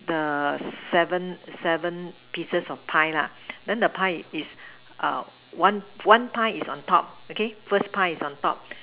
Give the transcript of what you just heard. the seven seven pieces of pie lah then the pie is one one pie is on top okay first pie is on top